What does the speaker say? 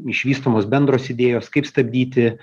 išvystomos bendros idėjos kaip stabdyti